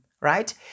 right